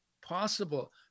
possible